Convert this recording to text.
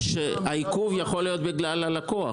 שהעיכוב יכול להיות בגלל הלקוח,